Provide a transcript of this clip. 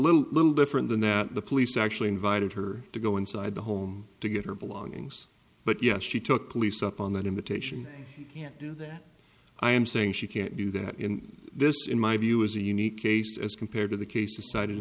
little little different than that the police actually invited her to go inside the home to get her belongings but yes she took police up on that invitation you can't do that i am saying she can't do that in this in my view is a unique case as compared to the cases cited